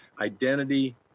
identity